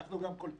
אנחנו גם קולטים.